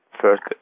first